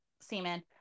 semen